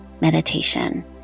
meditation